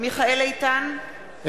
מיכאל איתן,